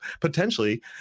potentially